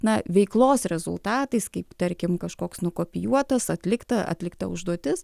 na veiklos rezultatais kaip tarkim kažkoks nukopijuotas atlikta atlikta užduotis